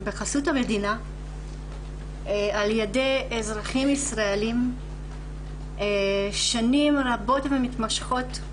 בחסות המדינה על ידי אזרחים ישראלים שנים רבות ומתמשכות,